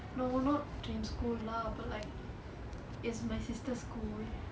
no not dream school lah but like is my sister's school